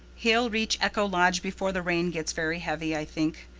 he'll reach echo lodge before the rain gets very heavy, i think.